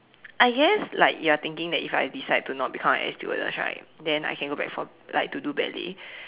I guess like you are thinking that if I decide to not become an air stewardess right then I can go back for like to do ballet